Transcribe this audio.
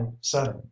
setting